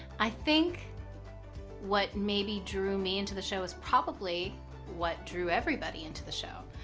i think what maybe drew me into the show was probably what drew everybody into the show,